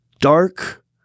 dark